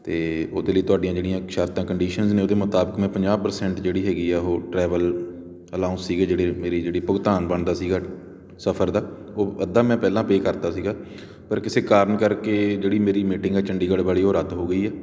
ਅਤੇ ਉਹਦੇ ਲਈ ਤੁਹਾਡੀਆਂ ਜਿਹੜੀਆਂ ਸ਼ਰਤਾਂ ਕੰਡੀਸ਼ਨਜ ਨੇ ਉਹਦੇ ਮੁਤਾਬਿਕ ਮੈਂ ਪੰਜਾਹ ਪਰਸੈਂਟ ਜਿਹੜੀ ਹੈਗੀ ਆ ਉਹ ਟਰੈਵਲ ਅਲਾਊਂਸ ਸੀਗੇ ਜਿਹੜੇ ਮੇਰੀ ਜਿਹੜੀ ਭੁਗਤਾਨ ਬਣਦਾ ਸੀਗਾ ਸਫਰ ਦਾ ਉਹ ਅੱਧਾ ਮੈਂ ਪਹਿਲਾਂ ਪੇ ਕਰਤਾ ਸੀਗਾ ਪਰ ਕਿਸੇ ਕਾਰਨ ਕਰਕੇ ਜਿਹੜੀ ਮੇਰੀ ਮੀਟਿੰਗ ਆ ਚੰਡੀਗੜ੍ਹ ਵਾਲੀ ਉਹ ਰੱਦ ਹੋ ਗਈ ਆ